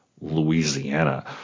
Louisiana